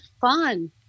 fun